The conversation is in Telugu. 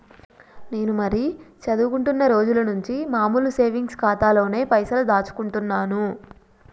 నేను మరీ చదువుకుంటున్నా రోజుల నుంచి మామూలు సేవింగ్స్ ఖాతాలోనే పైసలు దాచుకుంటున్నాను